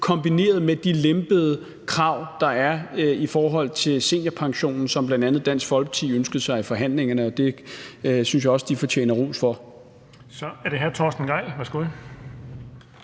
kombineret med de lempede krav, der er i forhold til seniorpensionen, som bl.a. Dansk Folkeparti ønskede sig i forhandlingerne, og det synes jeg også de fortjener ros for. Kl. 16:10 Den fg. formand